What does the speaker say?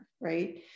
right